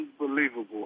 unbelievable